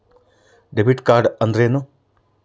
Debit card ಅಂದ್ರೇನು?